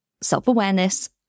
self-awareness